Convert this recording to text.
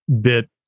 bit